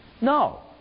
No